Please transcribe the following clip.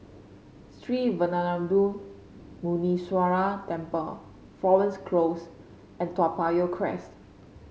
Sree Veeramuthu Muneeswaran Temple Florence Close and Toa Payoh Crest